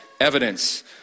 evidence